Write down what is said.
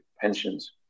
pensions